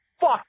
fuck